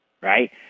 right